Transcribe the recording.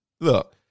Look